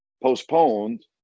postponed